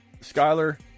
Skyler